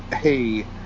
hey